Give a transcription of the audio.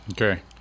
okay